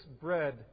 bread